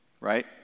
right